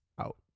out